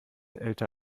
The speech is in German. älter